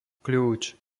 kľúč